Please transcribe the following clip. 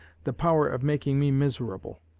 the power of making me miserable.